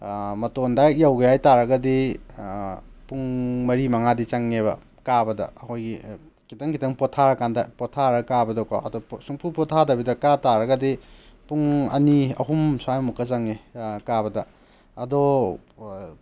ꯃꯇꯣꯟ ꯗꯥꯏꯔꯦꯛ ꯌꯧꯒꯦ ꯍꯥꯏ ꯇꯥꯔꯒꯗꯤ ꯄꯨꯡ ꯃꯔꯤ ꯃꯉꯥꯗꯤ ꯆꯪꯉꯦꯕ ꯀꯥꯕꯗ ꯑꯩꯈꯣꯏꯒꯤ ꯈꯤꯇꯪ ꯈꯤꯇꯪ ꯄꯣꯠꯊꯥꯔ ꯀꯥꯟꯗ ꯄꯣꯊꯥꯔ ꯀꯥꯕꯗ ꯀꯣ ꯑꯇꯣꯞꯄ ꯁꯨꯡꯄꯣꯠ ꯄꯣꯠꯊꯥꯗꯕꯤꯗ ꯀꯥ ꯇꯥꯔꯒꯗꯤ ꯄꯨꯡ ꯑꯅꯤ ꯑꯍꯨꯝ ꯁ꯭ꯋꯥꯏꯃꯨꯛꯀ ꯆꯪꯉꯦ ꯀꯥꯕꯗ ꯑꯗꯣ